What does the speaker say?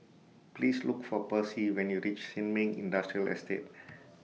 Please Look For Percy when YOU REACH Sin Ming Industrial Estate